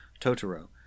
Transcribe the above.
totoro